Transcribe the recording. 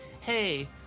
Hey